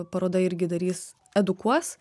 paroda irgi darys edukuos